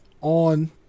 on